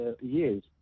years